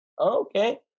Okay